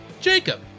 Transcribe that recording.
Jacob